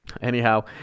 Anyhow